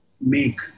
make